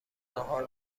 ناهار